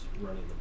running